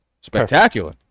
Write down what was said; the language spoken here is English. spectacular